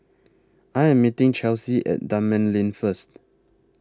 I Am meeting Chelsi At Dunman Lane First